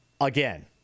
again